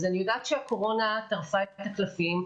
אני יודעת שהקורונה טרפה את הקלפים,